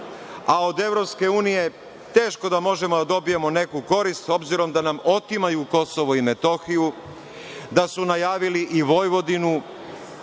a od EU teško da možemo da dobijemo neku korist, s obzirom da nam otimaju Kosovo i Metohiju, da su najavili i Vojvodinu,